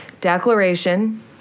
declaration